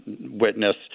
witness